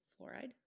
fluoride